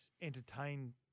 entertain